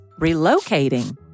relocating